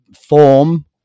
form